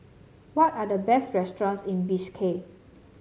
what are the best restaurants in Bishkek